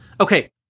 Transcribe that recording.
okay